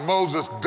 Moses